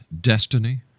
destiny